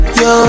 yo